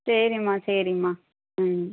சரிம்மா சரிங்ம்மா ம்